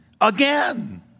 again